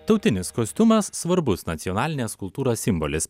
tautinis kostiumas svarbus nacionalinės kultūros simbolis